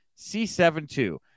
C72